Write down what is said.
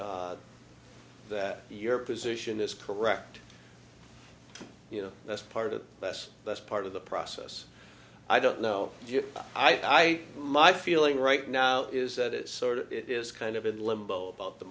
them that your position is correct you know that's part of us that's part of the process i don't know i i my feeling right now is that it's sort of it is kind of in limbo about the